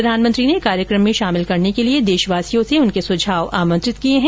प्रधानमंत्री ने इस कार्यक्रम में शामिल करने के लिए देशवासियों से उनके सुझाव आमंत्रित किए हैं